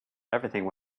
everything